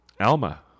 Alma